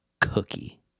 cookie